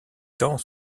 temps